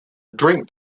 drink